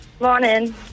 Morning